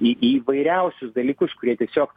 į įvairiausius dalykus kurie tiesiog